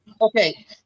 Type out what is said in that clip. Okay